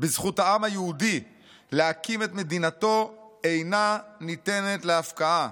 בזכות העם היהודי להקים את מדינתו אינה ניתנת להפקעה.